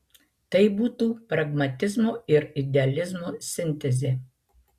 tai būtų pragmatizmo ir idealizmo sintezė